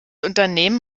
unternehmen